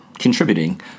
contributing